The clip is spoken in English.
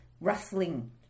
Rustling